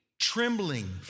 trembling